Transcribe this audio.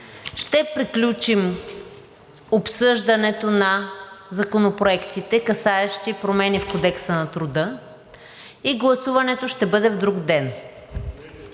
ще приключим обсъждането на законопроектите, касаещи промени в Кодекса на труда, и гласуването ще бъде в друг ден.